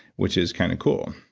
which is kind of cool.